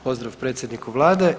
Pozdrav predsjedniku vlade.